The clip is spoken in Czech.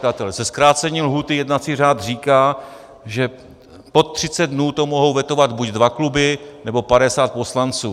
Se zkrácením lhůty jednací řád říká, že pod 30 dnů to mohou vetovat buď dva kluby, nebo 50 poslanců.